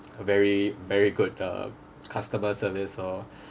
a very very good uh customer service so